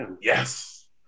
Yes